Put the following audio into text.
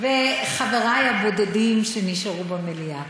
וחברי הבודדים שנשארו במליאה,